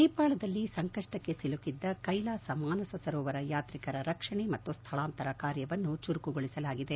ನೇಪಾಳದಲ್ಲಿ ಸಂಕಷ್ಪಕ್ಕೆ ಸಿಲುಕಿದ್ದ ಕೈಲಾಸ ಮಾನಸ ಸರೋವರ ಯಾತ್ರಿಕರ ರಕ್ಷಣೆ ಮತ್ತು ಸ್ಲಳಾಂತರ ಕಾರ್ಯವನ್ನು ಚುರುಕುಗೊಲಿಸಲಾಗಿದೆ